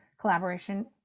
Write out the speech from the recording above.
collaboration